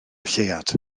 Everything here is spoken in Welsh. lleuad